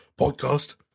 podcast